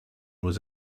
was